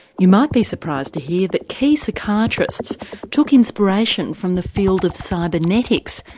you might be surprised to hear that key psychiatrists took inspiration from the field of cybernetics,